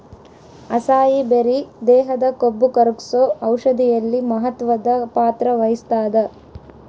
acai berry ದೇಹದ ಕೊಬ್ಬುಕರಗ್ಸೋ ಔಷಧಿಯಲ್ಲಿ ಮಹತ್ವದ ಪಾತ್ರ ವಹಿಸ್ತಾದ